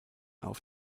auf